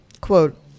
Quote